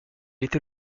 était